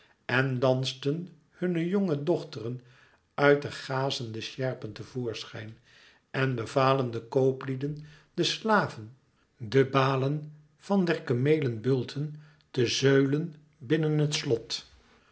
en dansten hunne jonge dochteren uit de gazene sjerpen te voorschijn en bevalen de kooplieden den slaven de balen van der kemelen bulten te zeulen binnen het slot